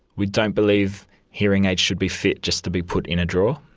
we don't believe hearing aids should be fit just to be put in a drawer.